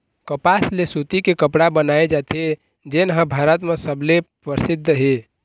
कपसा ले सूती के कपड़ा बनाए जाथे जेन ह भारत म सबले परसिद्ध हे